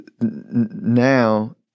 now